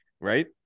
right